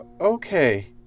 Okay